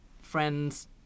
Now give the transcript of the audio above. Friends